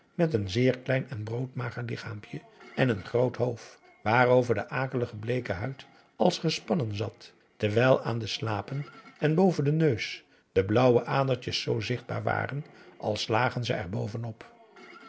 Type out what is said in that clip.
met een zeer klein en broodmager lichaampje en n groot hoofd waarover de akelige bleeke huid als gespannen zat terwijl aan de slapen en boven den neus de blauwe adertjes zoo zichtbaar waren als lagen